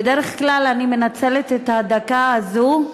בדרך כלל אני מנצלת את הדקה הזאת,